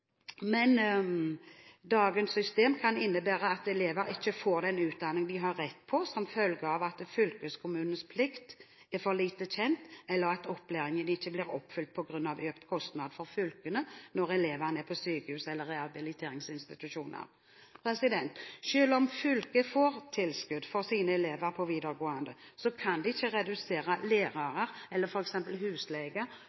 Men dagens system kan innebære at elever ikke får den utdanning de har rett på som følge av at fylkeskommunens plikt er for lite kjent, eller at opplæringen ikke blir oppfylt på grunn av økte kostnader for fylkene når elevene er på sykehus eller rehabiliteringsinstitusjoner. Selv om fylket får tilskudd for sine elever på videregående, kan de ikke redusere f.eks. tallet på lærere